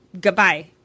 Goodbye